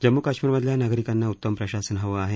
जम्मू कश्मीरमधल्या नागरिकांना उत्तम प्रशासन हवं आहे